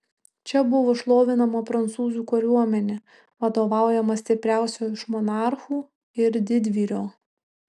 čia buvo šlovinama prancūzų kariuomenė vadovaujama stipriausio iš monarchų ir didvyrio